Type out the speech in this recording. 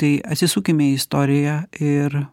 tai atsisukime į istoriją ir